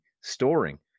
storing